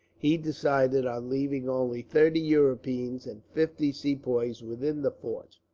he decided on leaving only thirty europeans and fifty sepoys within the fort.